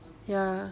ya